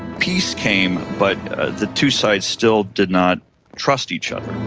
peace came, but the two sides still did not trust each other.